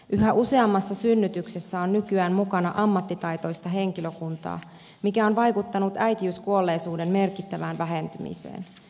yhä useammassa synnytyksessä on nykyään mukana ammattitaitoista henkilökuntaa mikä on vaikuttanut äitiyskuolleisuuden merkittävään vähentymiseen